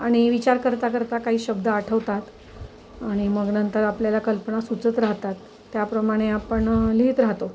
आणि विचार करता करता काही शब्द आठवतात आणि मग नंतर आपल्याला कल्पना सुचत राहतात त्याप्रमाणे आपण लिहित राहतो